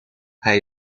hij